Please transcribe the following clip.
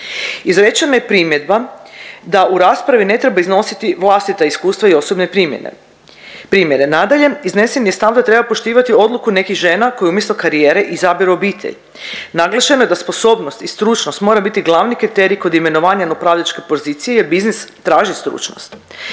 Izrečena je primjedba da u raspravi ne treba iznositi vlastita iskustva i osobne primjene, primjere. Nadalje, iznesen je stav da treba poštivati odluku nekih žena koji umjesto karijere izabiru obitelj. Naglašeno je da sposobnost i stručnost mora biti glavni kriterij kod imenovanja na upravljačke pozicije jer biznis traži stručnost.